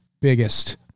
biggest